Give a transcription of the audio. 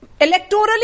electorally